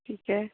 ਠੀਕ ਹੈ